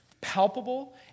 palpable